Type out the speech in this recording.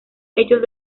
hechos